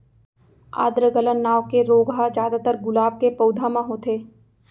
आद्र गलन नांव के रोग ह जादातर गुलाब के पउधा म होथे